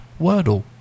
Wordle